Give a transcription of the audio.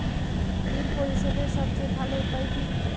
বিল পরিশোধের সবচেয়ে ভালো উপায় কী?